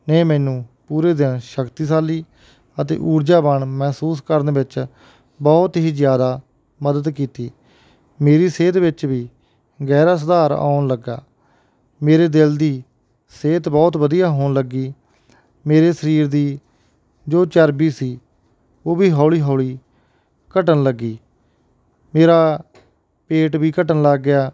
ਨੇ ਮੈਨੂੰ ਪੂਰੇ ਦਿਨ ਸ਼ਕਤੀਸ਼ਾਲੀ ਅਤੇ ਊਰਜਾਬਾਣ ਮਹਿਸੂਸ ਕਰਨ ਵਿੱਚ ਬਹੁਤ ਹੀ ਜਿਆਦਾ ਮਦਦ ਕੀਤੀ ਮੇਰੀ ਸਿਹਤ ਵਿੱਚ ਵੀ ਗਹਿਰਾ ਸੁਧਾਰ ਆਉਣ ਲੱਗਾ ਮੇਰੇ ਦਿਲ ਦੀ ਸਿਹਤ ਬਹੁਤ ਵਧੀਆ ਹੋਣ ਲੱਗੀ ਮੇਰੇ ਸਰੀਰ ਦੀ ਜੋ ਚਰਬੀ ਸੀ ਉਹ ਵੀ ਹੌਲੀ ਹੌਲੀ ਘਟਣ ਲੱਗੀ ਮੇਰਾ ਪੇਟ ਵੀ ਘਟਣ ਲੱਗ ਗਿਆ